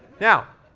now,